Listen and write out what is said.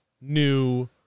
new